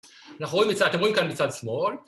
‫אתם רואים כאן מצד שמאל.